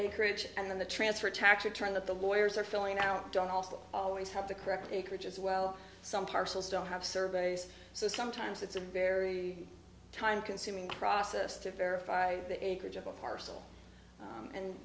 acreage and then the transfer tax return that the lawyers are filling out don't also always have the correct acreage as well some parcels don't have surveys so sometimes it's a very time consuming process to verify the acreage of a parcel